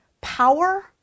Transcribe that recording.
power